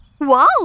Wow